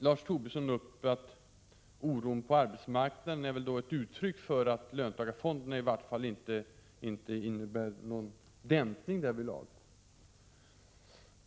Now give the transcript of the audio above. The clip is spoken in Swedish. Lars Tobisson sade att oron på arbetsmarknaden i varje fall är ett uttryck för att löntagarfonderna inte innebär någon dämpning på detta område.